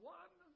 one